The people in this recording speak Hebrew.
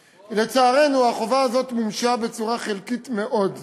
לצערנו, החובה הזאת מומשה בצורה חלקית מאוד,